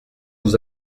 vous